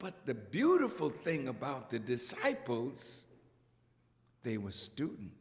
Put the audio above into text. but the beautiful thing about the disciples they were student